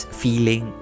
feeling